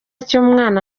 cy’umwana